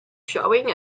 showing